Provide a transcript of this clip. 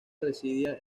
residía